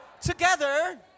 together